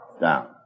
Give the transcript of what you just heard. down